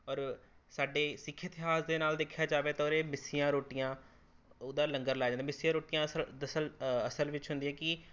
ਔਰ ਸਾਡੇ ਸਿੱਖ ਇਤਿਹਾਸ ਦੇ ਨਾਲ ਦੇਖਿਆ ਜਾਵੇ ਤਾਂ ਉਰੇ ਮਿੱਸੀਆਂ ਰੋਟੀਆਂ ਉਹਦਾ ਲੰਗਰ ਲਾਇਆ ਜਾਂਦਾ ਮਿੱਸੀਆਂ ਰੋਟੀਆਂ ਅਸਲ ਦਰਅਸਲ ਅਸਲ ਵਿੱਚ ਹੁੰਦੀ ਹੈ ਕਿ